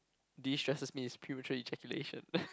destresses me is premature ejaculation